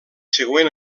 següent